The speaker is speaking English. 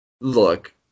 Look